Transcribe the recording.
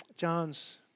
John's